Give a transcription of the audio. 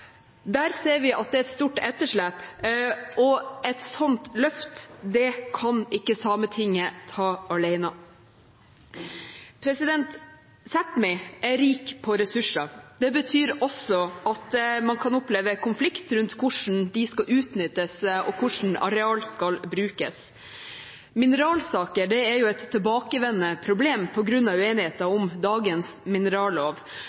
Der ser vi at det er et stort etterslep, og et sånt løft kan ikke Sametinget ta alene. Sápmi er rik på ressurser. Det betyr også at man kan oppleve konflikt rundt hvordan de skal utnyttes, og hvordan areal skal brukes. Mineralsaker er et tilbakevendende problem på grunn av uenigheten om dagens minerallov.